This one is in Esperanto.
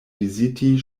viziti